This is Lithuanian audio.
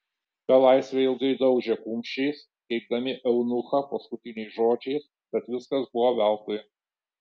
belaisviai ilgai daužė kumščiais keikdami eunuchą paskutiniais žodžiais bet viskas buvo veltui